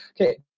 okay